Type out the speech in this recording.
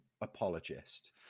apologist